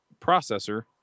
processor